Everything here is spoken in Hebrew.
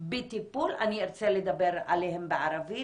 בטיפול אני ארצה לדבר עליהם בערבית.